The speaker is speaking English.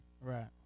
right